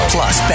Plus